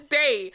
day